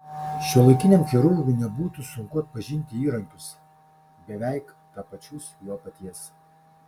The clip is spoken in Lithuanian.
šiuolaikiniam chirurgui nebūtų sunku atpažinti įrankius beveik tapačius jo paties